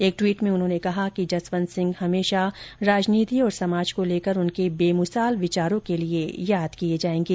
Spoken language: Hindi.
एक ट्वीट में उन्होंने कहा कि जसवन्त सिंह हमेशा राजनीति और समाज को लेकर उनके बेमिसाल विचारों के लिए याद किये जाएंगे